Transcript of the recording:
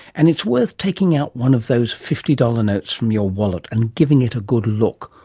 and it's worth taking out one of those fifty dollars notes from your wallet, and giving it a good look.